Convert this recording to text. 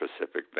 Pacific